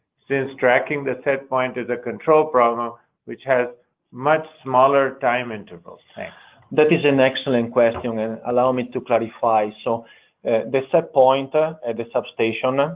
since tracking the set point is a control problem which has much smaller time and but that is an excellent question. and allow me to clarify. so the set point ah at the substation, ah